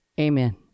amen